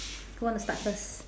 who want to start first